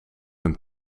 een